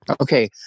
Okay